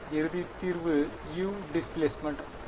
இறுதி தீர்வு u displacement சரி